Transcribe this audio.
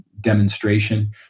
demonstration